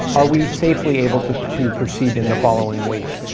are we safely able to to proceed in the following week?